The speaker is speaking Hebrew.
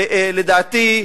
ולדעתי,